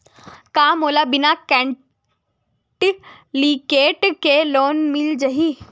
का मोला बिना कौंटलीकेट के लोन मिल जाही?